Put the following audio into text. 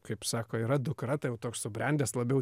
kaip sako yra dukra tai jau toks subrendęs labiau